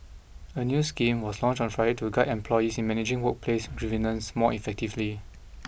a new scheme was launched on Friday to guide employees in managing workplace more effectively